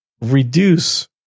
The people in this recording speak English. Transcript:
reduce